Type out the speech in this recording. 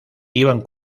iban